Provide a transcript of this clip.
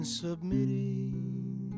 submitting